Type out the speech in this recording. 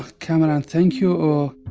kamaran, thank you, or,